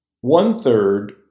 one-third